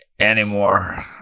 anymore